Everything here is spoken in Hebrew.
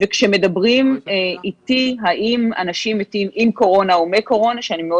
כשמדברים איתי האם אנשים מתים עם קורונה או מקורונה ואני מאוד